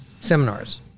seminars